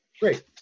Great